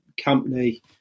company